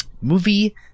movie